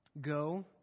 Go